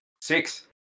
six